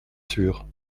sûr